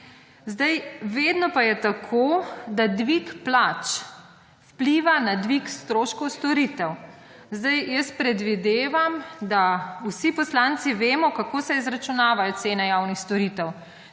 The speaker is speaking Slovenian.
vedno pa je tako, da dvig plač vpliva na dvig stroškov storitev. Zdaj, jaz predvidevam, da vsi poslanci vemo, kako se izračunavajo cene javnih storitev.